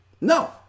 No